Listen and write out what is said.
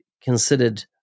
considered